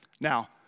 Now